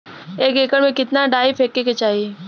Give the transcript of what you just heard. एक एकड़ में कितना डाई फेके के चाही?